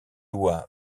lois